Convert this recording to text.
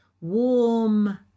warm